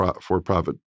for-profit